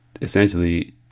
essentially